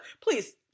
Please